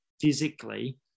physically